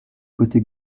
côté